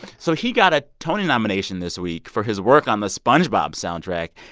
so he got a tony nomination this week for his work on the spongebob soundtrack,